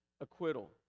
acquittal